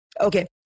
Okay